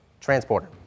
transporter